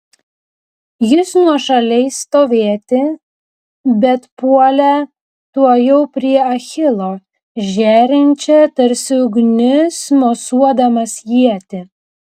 jis nuošaliai stovėti bet puolė tuojau prie achilo žėrinčią tarsi ugnis mosuodamas ietį